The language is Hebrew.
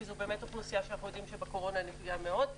כי זו באמת אוכלוסייה שאנחנו יודעים שבקורונה נפגעה מאוד.